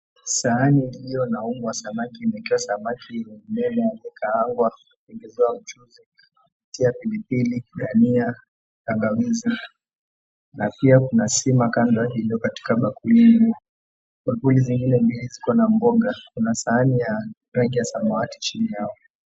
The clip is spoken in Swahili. Sahani iliyo na umbo wa samaki ikiwa samaki iliwemo imekaangwa na kuongezewa mchuzi, kutia pilipili, dania, tangawizi na pia kuna sima kando iliyokatika bakuli, bakuli zingine ziko na mboga. Kuna sahani ya rangi ya samawati chini yao.